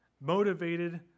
motivated